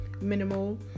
minimal